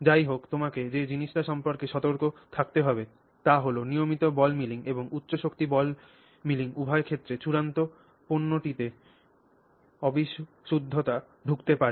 যাইহোক তোমাকে যে জিনিসটি সম্পর্কে সতর্ক থাকতে হবে তা হল নিয়মিত বল মিলিং এবং উচ্চ শক্তি বল মিলিংয় উভয় ক্ষেত্রেই চূড়ান্ত পণ্যটিতে অবিশুদ্ধতা ঢুকতে পারে